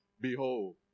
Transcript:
Behold